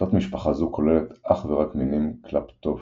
תת-משפחה זו כוללת אך ורק מינים קלפטופרזיטיים,